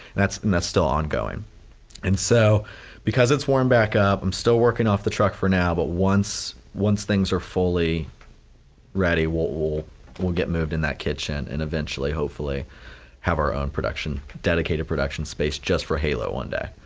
that's and that's still ongoing and so because it's warmed back up i'm still working off the truck for now but once once things are fully ready, we'll we'll get moved in that kitchen and eventually hopefully have our own production dedicated production space just for halo one day.